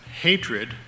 hatred